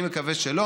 אני מקווה שלא,